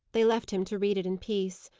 they left him to read it in peace.